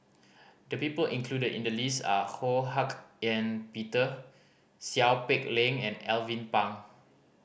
the people included in the list are Ho Hak Ean Peter Seow Peck Leng and Alvin Pang